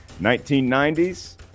1990s